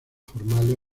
formales